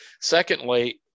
Secondly